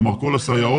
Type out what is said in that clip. כלומר, כל הסייעות,